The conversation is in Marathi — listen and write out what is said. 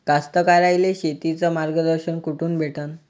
कास्तकाराइले शेतीचं मार्गदर्शन कुठून भेटन?